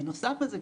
בנוסף לזה,